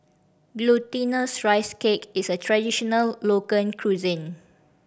Glutinous Rice Cake is a traditional local cuisine